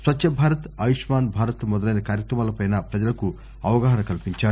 స్వచ్చ భారత్ ఆయుష్మాన్ భారత్ మొదలైన కార్యక్రమాలపై ప్రజలకు అవగాహన కల్పించారు